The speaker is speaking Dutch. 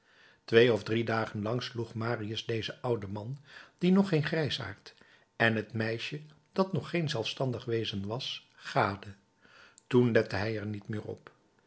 twee of drie dagen lang sloeg marius dezen ouden man die nog geen grijsaard en het meisje dat nog geen zelfstandig wezen was gade toen lette hij er niet meer op